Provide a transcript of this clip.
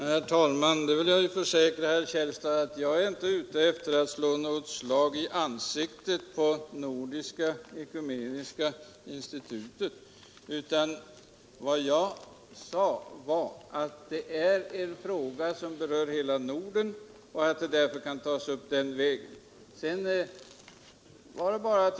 Herr talman! Jag vill försäkra herr Källstad att jag inte är ute för att slå ett slag i ansiktet på Nordiska ekumeniska institutet. Vad jag sade var att detta är en fråga som berör hela Norden och att den därför kan tas upp i ett nordiskt sammanhang.